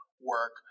work